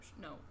No